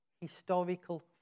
historical